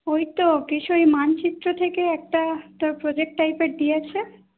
ওই তো কিছু ওই মানচিত্র থেকে একটা একটা প্রোজেক্ট টাইপের দিয়েছে